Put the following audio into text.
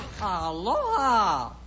Aloha